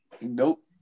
Nope